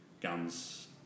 Guns